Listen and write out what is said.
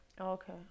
Okay